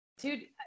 dude